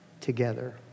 together